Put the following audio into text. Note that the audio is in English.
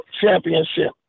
championship